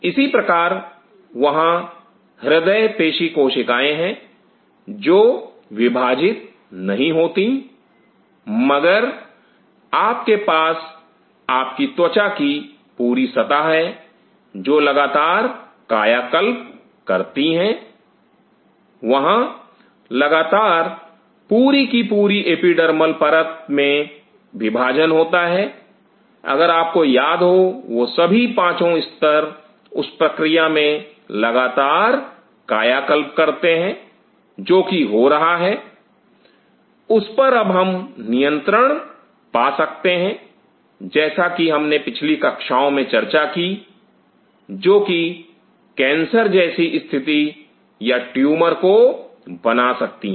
इसी प्रकार वहां हृदय पेशीकोशिकाएं हैं जो विभाजित नहीं होती मगर आपके पास आपकी त्वचा की पूरी सतह है जो लगातार कायाकल्प करती हैं वहां लगातार पूरी की पूरी एपिडर्मल परत में विभाजन होता है अगर आपको याद हो वह सभी पांचो स्तर उस प्रक्रिया में लगातार कायाकल्प करते हैं जो कि हो रहा है उस पर अब हम नियंत्रण पा सकते हैं जैसा कि हमने पिछली कक्षाओं में चर्चा की जो कि कैंसर जैसी स्थिति या ट्यूमर को बना सकती है